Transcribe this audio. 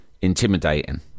Intimidating